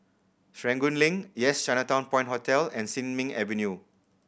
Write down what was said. Serangoon Link Yes Chinatown Point Hotel and Sin Ming Avenue